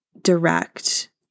direct